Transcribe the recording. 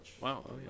Wow